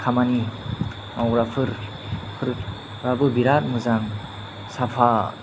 खामानि मावग्राफोराबो बिराद मोजां साफा